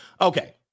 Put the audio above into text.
Okay